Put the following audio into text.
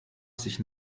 sich